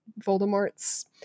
Voldemort's